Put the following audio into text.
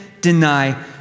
deny